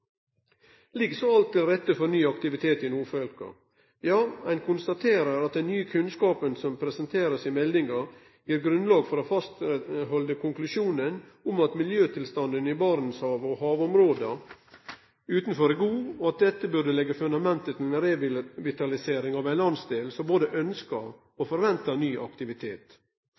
Ligg så alt til rette for ny aktivitet i nordfylka? Ja, ein konstaterer at den nye kunnskapen som blir presentert i meldinga, gir grunnlag for å halde fast på konklusjonen om at miljøtilstanden i Barentshavet og havområda utanfor er god, og at dette burde leggje fundamentet til ei revitalisering av ein landsdel som både ønskjer og forventar ny aktivitet.